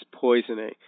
poisoning